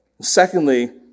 Secondly